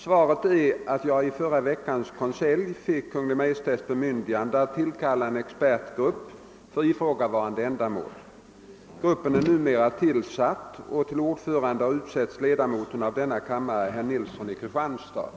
Svaret är att jag i förra veckans konselj fick Kungl. Maj:ts bemyndigande att tillkalla en expertgrupp för ifrågavarande ändamål. Gruppen är numera tillsatt, och till ordförande har utsetts ledamoten av denna kammare, herr Nilsson i Kristianstad.